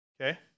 Okay